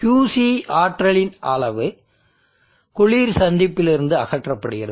Qc ஆற்றலின் அளவு குளிர் சந்திப்பிலிருந்து அகற்றப்படுகிறது